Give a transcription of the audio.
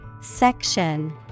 Section